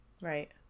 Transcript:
Right